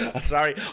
Sorry